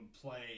play